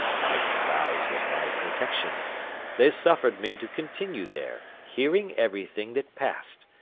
my disguise was my protection they suffered me to continue there, hearing everything that passed,